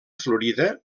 florida